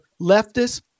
leftists